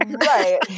Right